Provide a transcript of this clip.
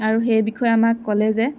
আৰু সেই বিষয়ে আমাক ক'লে যে